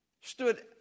stood